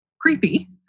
creepy